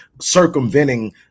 circumventing